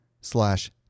slash